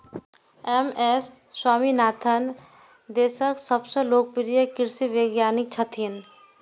M S Swaminathan देशक सबसं लोकप्रिय कृषि वैज्ञानिक छथि